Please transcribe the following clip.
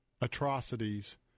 atrocities